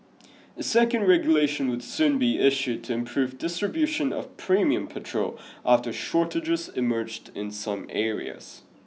a second regulation would soon be issued to improve distribution of premium patrol after shortages emerged in some areas